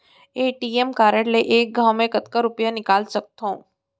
ATM card ले एक घव म कतका रुपिया निकाल सकथव?